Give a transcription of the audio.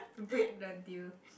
break the deal